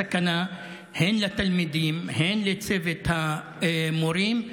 הסכנה הן לתלמידים הן לצוות המורים.